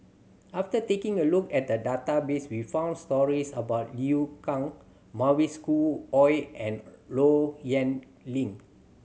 after taking a look at the database we found stories about Liu Kang Mavis Khoo Oei and Low Yen Ling